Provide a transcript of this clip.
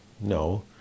no